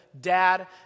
dad